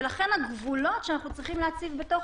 ולכן הגבולות שאנחנו צריכים להציב בתוך